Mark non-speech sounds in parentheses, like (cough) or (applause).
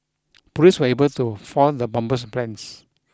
(noise) police were able to foil the bomber's plans